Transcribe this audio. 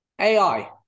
AI